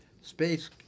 space